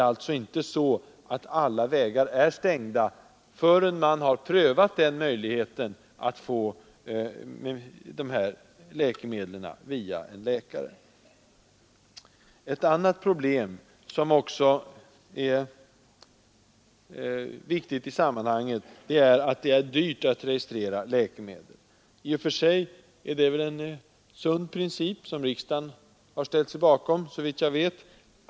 Alla vägar är alltså inte stängda förrän man har prövat möjligheten att få hjälp via en läkare. Ett annat viktigt problem i sammanhanget är att det är dyrt att registrera läkemedel. I och för sig är det en sund princip att läkemedels industrin skall betala kostnaderna.